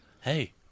Hey